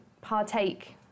partake